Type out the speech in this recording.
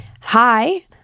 hi